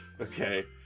Okay